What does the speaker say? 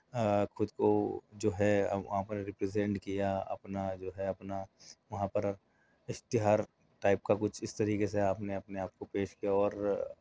خود کو جو ہے وہاں پر ریپرزنٹ کیا اپنا جو ہے اپنا وہاں پر اشتہار ٹائپ کا کچھ اس طریقے سے آپ نے اپنے آپ کو پیش کیا اور